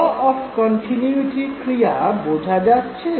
ল of কন্টিন্যুইটির ক্রিয়া বোঝা যাচ্ছে